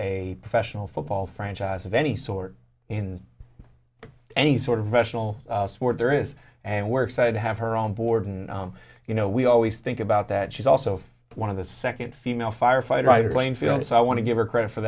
a professional football franchise of any sort in any sort of rational sward there is and we're excited to have her on board and you know we always think about that she's also one of the second female firefighter playing field so i want to give her credit for